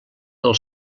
del